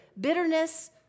bitterness